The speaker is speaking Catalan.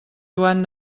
joan